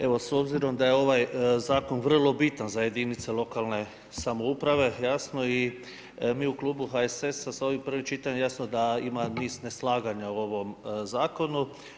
Evo, s obzirom da je ovaj zakon vrlo bitan za jedinice lokalne samouprave, jasno mi u Klubu HSS-a s ovim prvim čitanjem, jasno da ima niz neslaganja u ovo zakonu.